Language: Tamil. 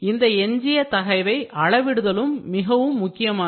இந்த எஞ்சிய தகைவை அளவிடுதலும் மிகவும் முக்கியமானது